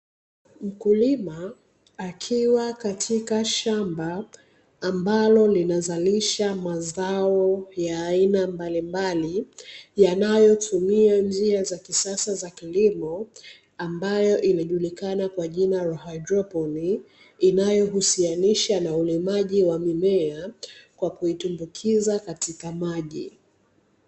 Mkulima akiwa katika shamba ambalo linazalisha mazao ya aina mbalimbali; yanayotumia njia za kisasa za kilimo, ambayo inajulikana kwa jina la hydroponi, inayohusiana na ulimaji wa mimea kwa kuitumbukiza katika maji.